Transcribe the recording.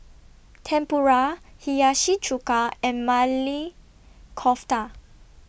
Tempura Hiyashi Chuka and Maili Kofta